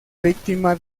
víctima